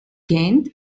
gent